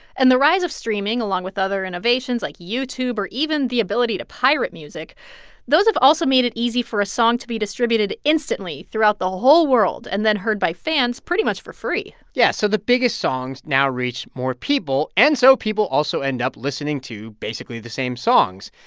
and the rise of streaming, along with other innovations like youtube or even the ability to pirate music those have also made it easy for a song to be distributed instantly throughout the whole world and then heard by fans pretty much for free yeah. so the biggest songs now reach more people, and so people also end up listening to basically the same songs.